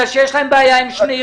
כי יש להם בעיה עם שני ארגונים.